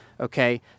okay